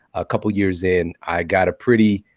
a couple years in i got a pretty